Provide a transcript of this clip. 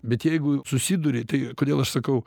bet jeigu susiduria tai kodėl aš sakau